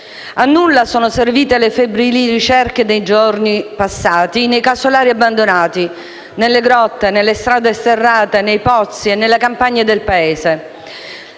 A nulla sono servite le febbrili ricerche nei giorni passati nei casolari abbandonati, nelle grotte, nelle strade sterrate, nei pozzi e nelle campagne del Paese.